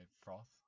froth